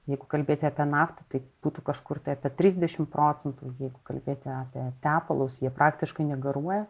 jeigu kalbėti apie naftą tai būtų kažkur tai apie trisdešim procentų jeigu kalbėti apie tepalus jie praktiškai negaruoja